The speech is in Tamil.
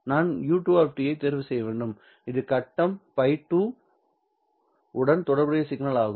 நான் u2 ஐ தேர்வு செய்ய வேண்டும் இது கட்டம் φ2 உடன் தொடர்புடைய சிக்னல் ஆகும்